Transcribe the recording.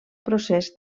procés